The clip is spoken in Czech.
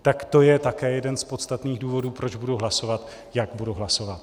Tak to je také jeden z podstatných důvodů, proč budu hlasovat, jak budu hlasovat.